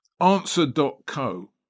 answer.co